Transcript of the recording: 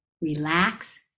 relax